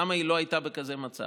למה היא לא הייתה בכזה מצב?